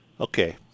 Okay